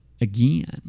again